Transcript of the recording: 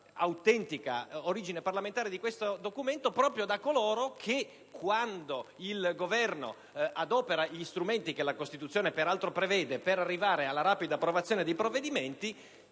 l'autentica origine parlamentare di questo documento proprio da parte di coloro che, quando il Governo adopera gli strumenti che la Costituzione peraltro prevede per arrivare alla rapida approvazione di provvedimenti,